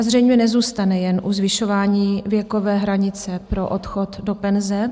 Zřejmě nezůstane jen u zvyšování věkové hranice pro odchod do penze.